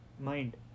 mind